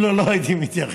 אם לא, לא הייתי מתייחס.